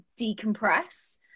decompress